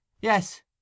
Yes